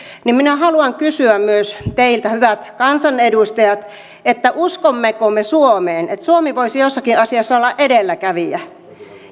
ja minä haluan kysyä myös teiltä hyvät kansanedustajat uskommeko me suomeen että suomi voisi jossakin asiassa olla edelläkävijä